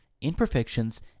imperfections